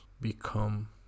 become